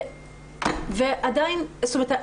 זאת אומרת,